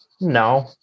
No